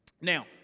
Now